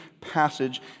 passage